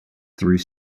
through